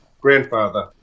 grandfather